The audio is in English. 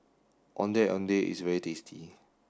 Ondeh Ondeh is very tasty